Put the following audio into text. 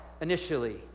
initially